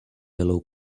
yellow